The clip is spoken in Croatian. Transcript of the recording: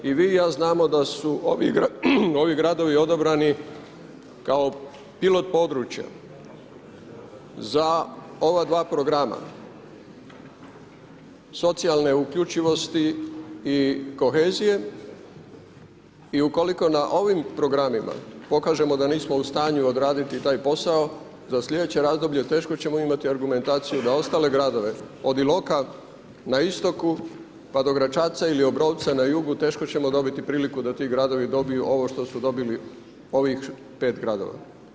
I vi i ja znamo da su ovi gradovi odabrani kao pilot područja za ova dva programa, socijalne uključivosti i kohezije i ukoliko na ovim programima pokažemo da nismo u stanju odraditi taj posao, za slijedeće razdoblje teško ćemo imati argumentaciju da ostale gradove, od Iloka na istoku, pa do Gračaca ili Obrovca na jugu, teško ćemo dobiti priliku da ti gradovi dobiju ovo što su dobili ovih 5 gradova.